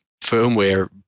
firmware